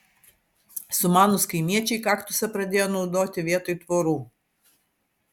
sumanūs kaimiečiai kaktusą pradėjo naudoti vietoj tvorų